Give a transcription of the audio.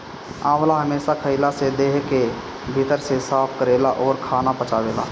आंवला हमेशा खइला से देह के भीतर से साफ़ करेला अउरी खाना पचावेला